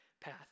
path